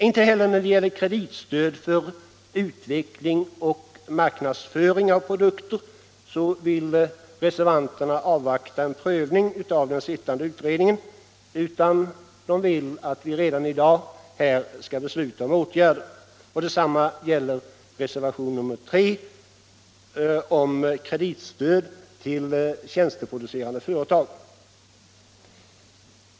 Inte heller när det gäller kreditstöd för utveckling och marknadsföring av produkter vill reservanterna avvakta en prövning av den sittande utredningen, utan de vill att vi redan i dag skall besluta om åtgärder. Detsamma gäller för reservationen 3 om kreditstödet till tjänsteproducerande företag. |.